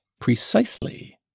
precisely